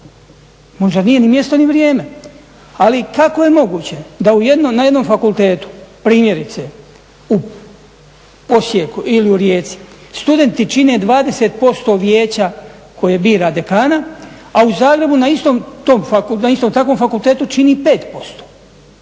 Možda nije ni mjesto ni vrijeme, ali kako je moguće da na jednom fakultetu primjerice u Osijeku ili u Rijeci studenti čine 20% vijeća koje bira dekana, a u Zagrebu na istom takvom fakultetu čini 5%?